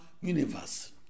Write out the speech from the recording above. universe